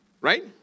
right